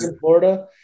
Florida